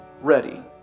ready